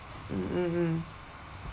mm mm mm